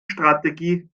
strategie